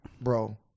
bro